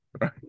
right